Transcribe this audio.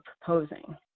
proposing